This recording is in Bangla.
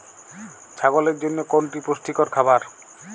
ছাগলের জন্য কোনটি পুষ্টিকর খাবার?